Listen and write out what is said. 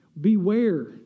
Beware